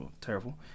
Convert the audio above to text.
terrible